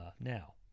now